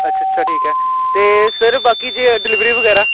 ਅੱਛਾ ਅੱਛਾ ਠੀਕ ਹੈ ਅਤੇ ਸਰ ਬਾਕੀ ਜੇ ਡਿਲੀਵਰੀ ਵਗੈਰਾ